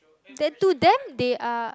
that to them they are